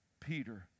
Peter